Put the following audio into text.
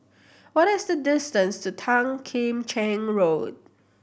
what is the distance to Tan Kim Cheng Road